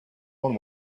one